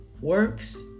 works